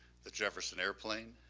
the jefferson airplane,